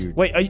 wait